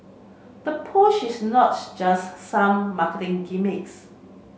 the push is not just some marketing gimmicks